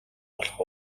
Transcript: болох